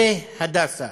ב"הדסה",